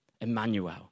Emmanuel